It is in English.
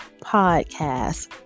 Podcast